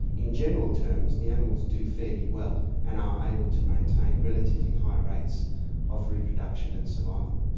in general terms the animals do fairly well and are able to maintain relatively high rates of reproduction and survival.